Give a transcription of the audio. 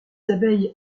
abeilles